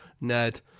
Ned